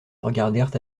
regardèrent